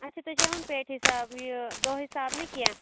آچھا تُہۍ چھُ ہیٚوان پیٹہِ حسابہٕ یہِ دۄہ حساب نہٕ کیٚنٛہہ